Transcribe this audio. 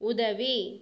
உதவி